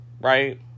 right